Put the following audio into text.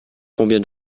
combien